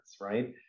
right